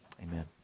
Amen